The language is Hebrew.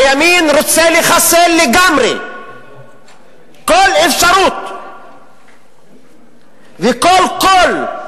הימין רוצה לחסל לגמרי כל אפשרות וכל קול,